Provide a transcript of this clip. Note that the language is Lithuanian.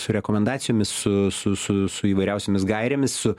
su rekomendacijomis su su su su įvairiausiomis gairėmis su